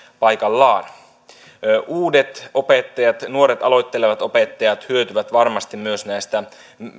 paikallaan myös uudet opettajat nuoret aloittelevat opettajat hyötyvät varmasti näistä